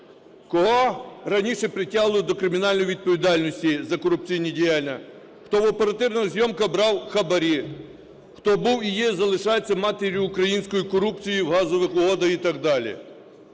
кого раніше притягували до кримінальної відповідальності за корупційні діяння, хто в оперативних зйомках брав хабарі, хто був і є, і залишається матір'ю української корупції в газових угодах і так далі.